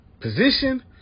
Position